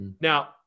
Now